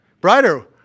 Brighter